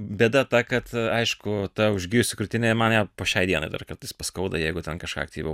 bėda ta kad aišku ta užgijusi krūtinė man ją po šiai dienai dar kartais paskauda jeigu ten kažką aktyviau